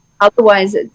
otherwise